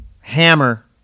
hammer